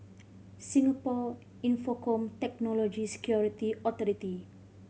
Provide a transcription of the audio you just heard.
Singapore Infocomm Technology Security Authority